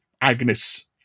Agnes